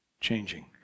changing